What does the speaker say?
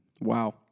Wow